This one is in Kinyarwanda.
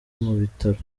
mubitaro